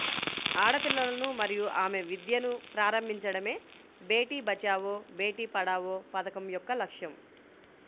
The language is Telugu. ఆడపిల్లలను మరియు ఆమె విద్యను ప్రారంభించడమే బేటీ బచావో బేటి పడావో పథకం యొక్క లక్ష్యం